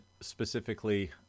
specifically